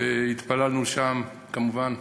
התפללנו שם, כמובן.